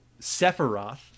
Sephiroth